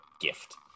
gift